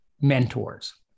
mentors